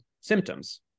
symptoms